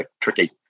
tricky